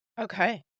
Okay